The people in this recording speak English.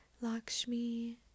Lakshmi